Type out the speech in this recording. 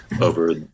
over